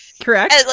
Correct